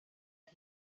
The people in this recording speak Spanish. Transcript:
que